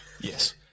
Yes